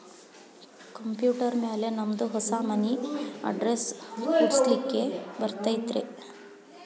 Computer ಮ್ಯಾಲೆ ನಮ್ದು ಹೊಸಾ ಮನಿ ಅಡ್ರೆಸ್ ಕುಡ್ಸ್ಲಿಕ್ಕೆ ಬರತೈತ್ರಿ?